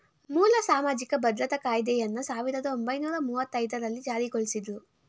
ಮೂಲ ಸಾಮಾಜಿಕ ಭದ್ರತಾ ಕಾಯ್ದೆಯನ್ನ ಸಾವಿರದ ಒಂಬೈನೂರ ಮುವ್ವತ್ತಐದು ರಲ್ಲಿ ಜಾರಿಗೊಳಿಸಿದ್ರು